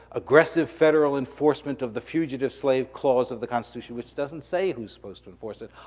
aggressive federal enforcement of the fugitive slave clause of the constitution, which doesn't say who's suppose to enforce it,